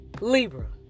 Libra